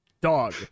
Dog